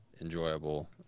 enjoyable